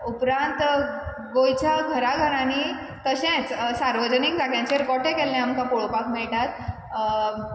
उपरांत गोंयच्या घराघरांनी तशेंच सार्वजनीक जाग्यांचेर गोठे केल्ले आमकां पोळोपाक मेयटात